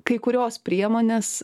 kai kurios priemonės